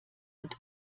und